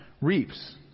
reaps